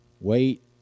Wait